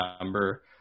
number